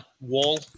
wall